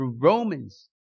Romans